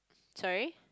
sorry